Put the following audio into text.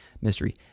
mystery